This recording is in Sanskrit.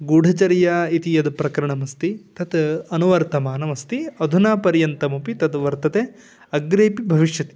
गूढचर्या इति यद् प्रकरणमस्ति तत् अनुवर्तमानमस्ति अधुनापर्यन्तमपि तद् वर्तते अग्रेपि भविष्यति